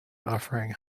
offering